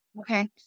Okay